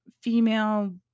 female